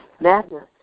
Madness